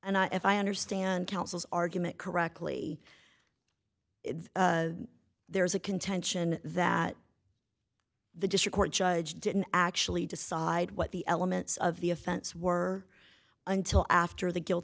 and i if i understand counsel's argument correctly there is a contention that the district court judge didn't actually decide what the elements of the offense were until after the guilt